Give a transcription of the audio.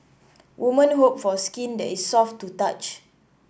woman hope for skin that is soft to touch